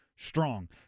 Strong